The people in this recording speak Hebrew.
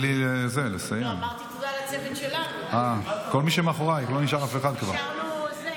(תיקון מס' 10), התשפ"ג 2023, נתקבל.